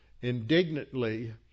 indignantly